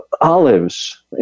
olives